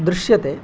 दृश्यते